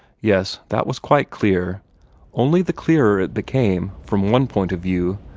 yes, that was quite clear only the clearer became, from one point of view,